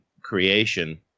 creation